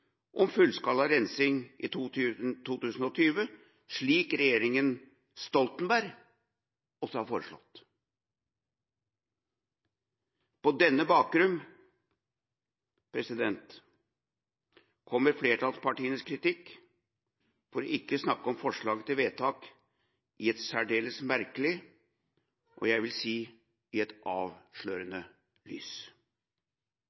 om fullskala rensing innen 2020, slik regjeringa Stoltenberg også foreslo. På denne bakgrunn kommer flertallspartienes kritikk – for ikke å snakke om forslaget til vedtak – i et særdeles merkelig og